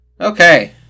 Okay